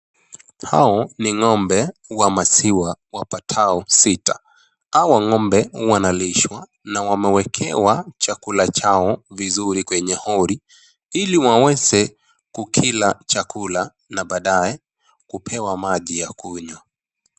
Hao ni ng'ombe wa maziwa wapatao sita. Hawa ng'ombe wanalishwa na wamewekewa chakula chao vizuri kwenye hori, ili waweze kukila chakula na baadaye kupewa maji ya kunywa.